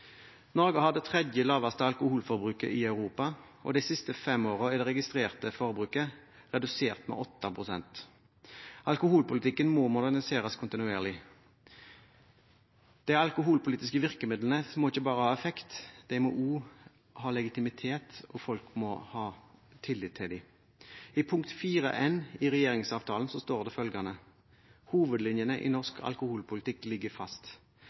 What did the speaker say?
Norge har det tredje laveste alkoholforbruket i Europa, og de siste fem årene er det registrerte forbruket redusert med 8 pst. Alkoholpolitikken må moderniseres kontinuerlig. De alkoholpolitiske virkemidlene må ikke bare ha effekt; de må også ha legitimitet, og folk må ha tillit til dem. I punkt 4 n i samarbeidsavtalen står det følgende: «Hovedlinjene i norsk alkoholpolitikk ligger fast.»